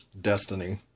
destiny